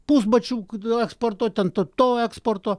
pusbačių dujų eksporto ten to to eksporto